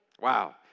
Wow